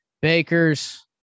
Bakers